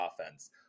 offense